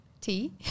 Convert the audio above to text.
Tea